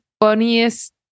funniest